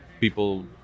people